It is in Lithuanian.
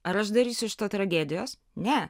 ar aš darysiu iš to tragedijos ne